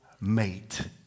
mate